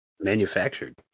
manufactured